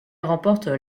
remporte